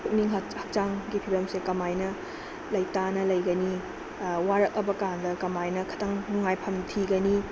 ꯄꯨꯛꯅꯤꯡ ꯍꯛꯆꯥꯡꯒꯤ ꯐꯤꯚꯝꯁꯦ ꯀꯃꯥꯏꯅ ꯂꯩꯇꯥꯅ ꯂꯩꯒꯅꯤ ꯋꯥꯔꯛꯑꯕꯀꯥꯟꯗ ꯀꯃꯥꯏꯅ ꯈꯤꯇꯪ ꯅꯨꯡꯉꯥꯏꯐꯝ ꯊꯤꯒꯅꯤ